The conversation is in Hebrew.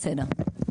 בסדר.